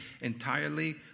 entirely